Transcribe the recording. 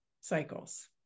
cycles